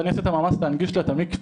ואני אעשה את המאמץ להנגיש לה את המקווה.